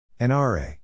nra